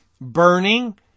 burning